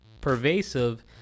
pervasive